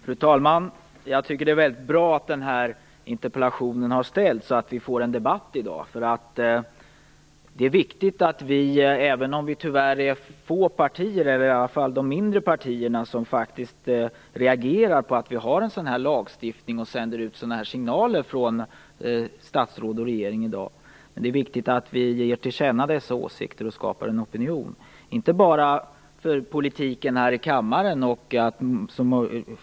Fru talman! Jag tycker att det är mycket bra att den här interpellationen har ställts så att vi får en debatt. Den är viktig, även om det är de mindre partierna som faktiskt reagerar på att Sverige har en sådan här lagstiftning och att statsråd och regering sänder ut sådana här signaler. Det är viktigt att vi ger till känna dessa åsikter och skapar en opinion. Det gäller inte bara politiken här i kammaren.